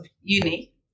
Uni